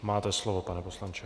Máte slovo, pane poslanče.